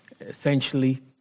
Essentially